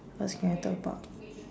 what else can we talk about